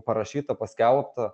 parašyta paskelbta